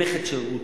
הנכד של רות,